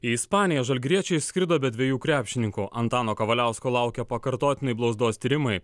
į ispaniją žalgiriečiai išskrido be dviejų krepšininkų antano kavaliausko laukia pakartotinai blauzdos tyrimai